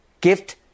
gift